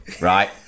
Right